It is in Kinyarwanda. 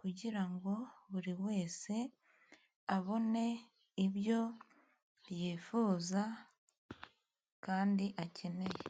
kugira ngo buri wese abone ibyo yifuza kandi akeneye.